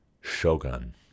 shogun